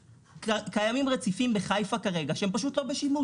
קיימים רציפים בחיפה כרגע שהם פשוט לא בשימוש.